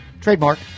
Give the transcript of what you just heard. Trademark